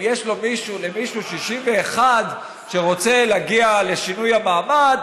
אם יש למישהו 61 שרוצה להגיע לשינוי המעמד,